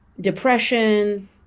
depression